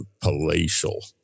palatial